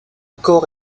corps